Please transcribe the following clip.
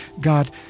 God